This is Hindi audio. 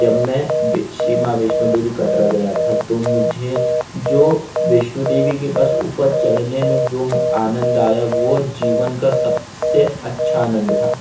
जब मैं श्री माँ वैष्णो देवी कटरा गया था तो मुझे जो वैष्णो देवी के पास ऊपर चढ़ने में जो म आनंद आया वो जीवन का सबसे अच्छा आनंद था